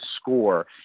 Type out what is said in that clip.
score